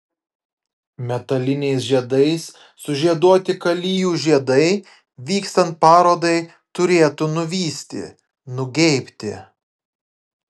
metaliniais žiedais sužieduoti kalijų žiedai vykstant parodai turėtų nuvysti nugeibti